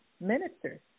ministers